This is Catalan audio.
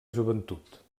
joventut